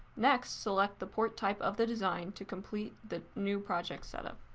next, select the port type of the design to complete the new project setup.